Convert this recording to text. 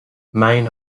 mayne